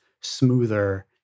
smoother